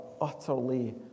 utterly